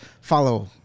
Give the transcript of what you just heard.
follow